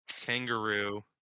Kangaroo